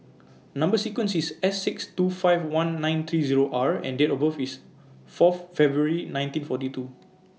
Number sequence IS S six two five one nine three Zero R and Date of birth IS Fourth February nineteen forty two